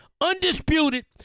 Undisputed